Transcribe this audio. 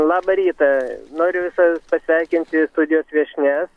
labą rytą noriu visas pasveikinti studijos viešnias